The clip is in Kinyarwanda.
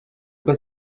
uko